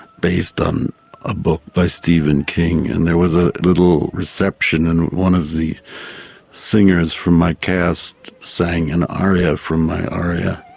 based on a book by stephen king, and there was a little reception, and one of the singers from my cast sang an aria from my aria.